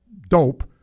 dope